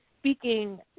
speaking